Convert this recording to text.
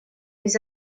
des